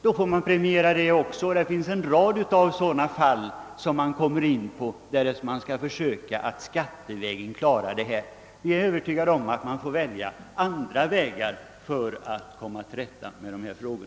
Också denna lösning måste då premieras. Det finns en rad sådana alternativ som man måste ta ställning till om man skall lösa problematiken skattevägen. Jag är övertygad om att man måste välja andra vägar för att komma till rätta med dessa frågor.